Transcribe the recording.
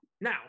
Now